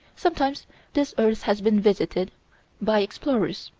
sometimes this earth has been visited by explorers.